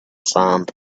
sand